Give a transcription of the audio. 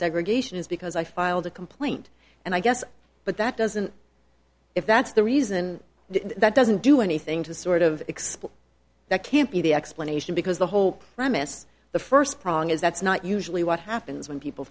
segregation is because i filed a complaint and i guess but that doesn't if that's the reason that doesn't do anything to sort of explain that can't be the explanation because the whole premise the first prong is that's not usually what happens when people